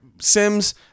Sims